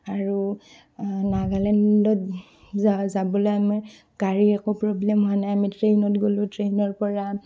আৰু নাগালেণ্ডত যা যাবলৈ আমাৰ গাড়ীৰ একো প্ৰব্লেম হোৱা নাই আমি ট্ৰেইনত গ'লোঁ ট্ৰেইনৰ পৰা